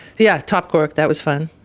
yeah top quarks, that was fun.